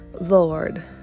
Lord